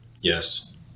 Yes